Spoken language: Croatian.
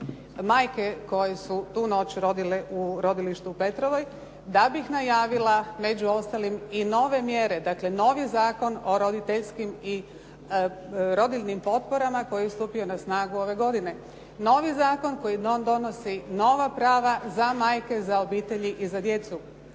majke koje su tu noć rodile u rodilištu u Petrovoj da bih najavila među ostalim i nove mjere, dakle novi Zakon o roditeljskim i rodiljnim potporama koji je stupio na snagu ove godine, novi zakon koji donosi nova prava za majke, za obitelji i za djecu